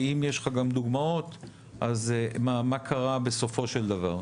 ואם יש לך גם דוגמאות אז מה קרה בסופו של דבר.